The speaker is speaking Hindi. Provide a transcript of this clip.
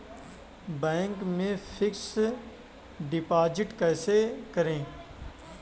बैंक में फिक्स डिपाजिट कैसे करें?